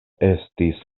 estis